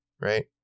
right